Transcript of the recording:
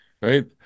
Right